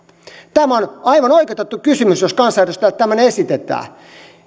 tämä on aivan oikeutettu kysymys jos kansanedustajalle tämmöinen esitetään